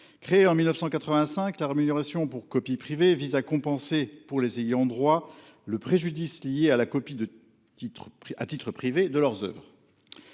Créée en 1985, la rémunération pour copie privée vise à compenser pour les ayants droit le préjudice lié à la copie de titre à titre privé de leurs Oeuvres.